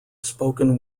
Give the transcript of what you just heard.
spoken